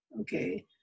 Okay